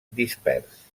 dispers